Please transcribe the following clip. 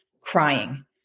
crying